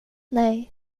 nej